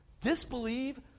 Disbelieve